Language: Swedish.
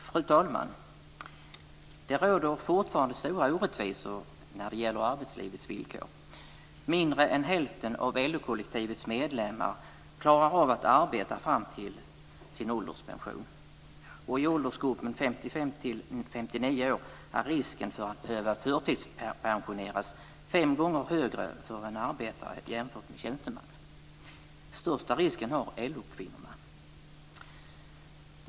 Fru talman! Det råder fortfarande stora orättvisor när det gäller arbetslivets villkor. Mindre än hälften av LO-kollektivets medlemmar klarar av att arbeta fram till sin ålderspension. I åldersgruppen 55-59 år är risken för att behöva förtidspensioneras fem gånger högre för en arbetare än för en tjänsteman. Största risken löper LO-kvinnorna.